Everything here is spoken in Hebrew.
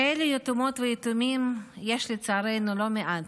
כאלה יתומות ויתומים יש לצערנו לא מעט,